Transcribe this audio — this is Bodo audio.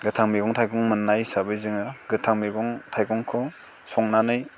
गोथां मैगं थाइगं मोन्नाय हिसाबै जोङो गोथां मैगं थाइगंखौ संनानै